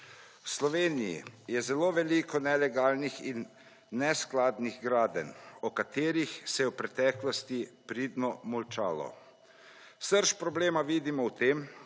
V Sloveniji je zelo veliko nelegalnih in neskladnih gradenj, o katerih se je v preteklosti pridno molčalo. Srž problema vidimo v tem,